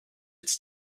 its